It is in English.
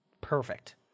Perfect